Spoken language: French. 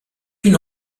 une